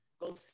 go